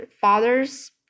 father's